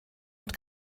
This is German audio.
und